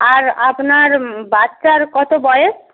আর আপনার বাচ্চার কত বয়স